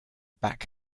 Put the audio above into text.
back